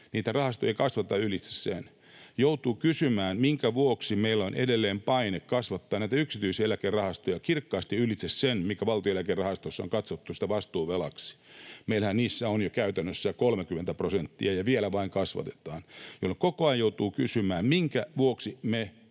Niitä rahastoja ei kasvateta ylitse sen. Joutuu kysymään, minkä vuoksi meillä on edelleen paine kasvattaa näitä yksityisiä eläkerahastoja kirkkaasti ylitse sen, mikä valtion eläkerahastoissa on katsottu vastuuvelaksi. Meillähän niissä on jo käytännössä 30 prosenttia, ja vielä vain kasvatetaan, jolloin koko ajan joutuu kysymään, minkä vuoksi me